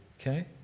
okay